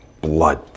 blood